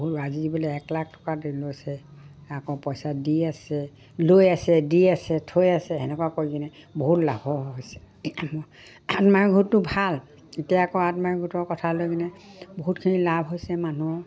আজি বোলে এক লাখ টকা লৈছে আকৌ পইচা দি আছে লৈ আছে দি আছে থৈ আছে সেনেকুৱা কৰি কিনে বহুত লাভ হৈছে আত্মসহায়ক গোটটো ভাল এতিয়া আকৌ আত্মসহায়ক গোটৰ কথা লৈ পিনে বহুতখিনি লাভ হৈছে মানুহৰ